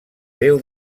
déu